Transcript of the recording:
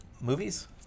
movies